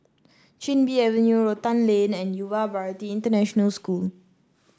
Chin Bee Avenue Rotan Lane and Yuva Bharati International School